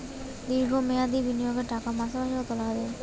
দীর্ঘ মেয়াদি বিনিয়োগের টাকা মাসে মাসে তোলা যায় কি?